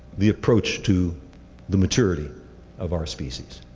the approach to the maturity of our species.